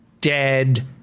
Dead